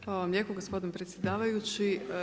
Hvala vam lijepo gospodine predsjedavajući.